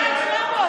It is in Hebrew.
די, שלמה, זה נגמר.